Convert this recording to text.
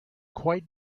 quite